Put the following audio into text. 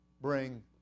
bring